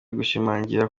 gushimangira